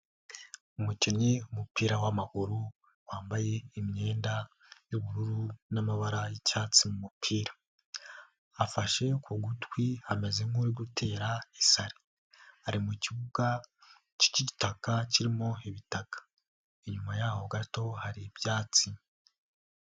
Umukinnyi w'umupira w'amaguru wambaye imyenda y'ubururu n'amabara y'icyatsi mu mupira, afashe ku gutwi ameze nk'uri gutera isari ari mu kibuga k'igitaka kirimo ibitaka, inyuma yaho gato hari ibyatsi.